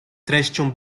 treścią